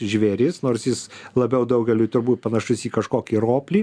žvėris nors jis labiau daugeliui turbūt panašus į kažkokį roplį